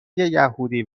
یهودی